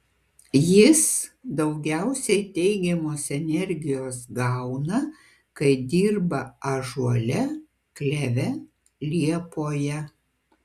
jis daugiausiai teigiamos energijos gauna kai dirba ąžuole kleve liepoje